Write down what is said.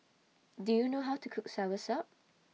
Do YOU know How to Cook Soursop